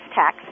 tax